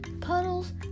puddles